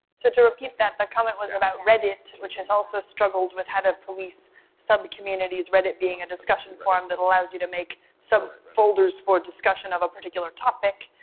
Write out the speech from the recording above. to to repeat that, the comment was about reddit, which has also struggled with how to police sub-communities, reddit being a discussion forum that allows you to make sub-folders for a discussion of a particular topic.